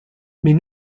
mais